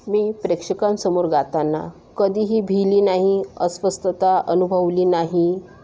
मी प्रेक्षकांसमोर गाताना कधीही भिली नाही अस्वस्थता अनुभवली नाही